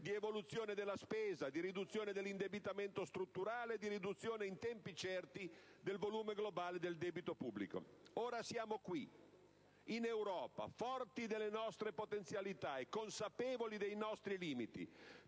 di evoluzione della spesa, di riduzione dell'indebitamento strutturale e di riduzione in tempi certi del volume globale del debito pubblico. Ora siamo qui, in Europa, forti delle nostre potenzialità e consapevoli dei nostri limiti,